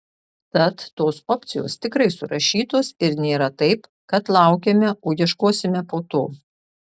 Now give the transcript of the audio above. tad tos opcijos tikrai surašytos ir nėra taip kad laukiame o ieškosime po to